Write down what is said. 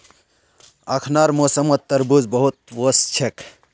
अखनार मौसमत तरबूज बहुत वोस छेक